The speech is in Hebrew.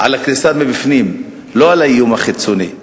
הקריסה מבפנים, לא בגלל האיום החיצוני.